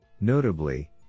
notably